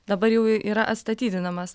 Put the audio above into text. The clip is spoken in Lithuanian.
dabar jau yra atstatydinamas